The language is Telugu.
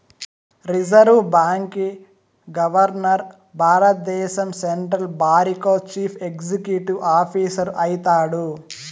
రిజర్వు బాంకీ గవర్మర్ భారద్దేశం సెంట్రల్ బారికో చీఫ్ ఎక్సిక్యూటివ్ ఆఫీసరు అయితాడు